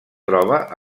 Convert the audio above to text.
troba